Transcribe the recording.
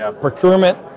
Procurement